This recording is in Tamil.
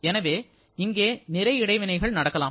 எனவே இங்கே நிறை இடைவினைகள் நடக்கலாம்